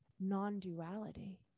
non-duality